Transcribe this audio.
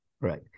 Right